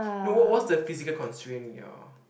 no wha~ what is the physical constraint your